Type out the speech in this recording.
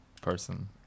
person